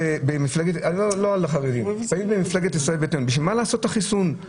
לא על החרדים בשביל מה לעשות את החיסון ה --- הזה?